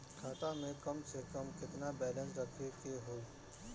खाता में कम से कम केतना बैलेंस रखे के होईं?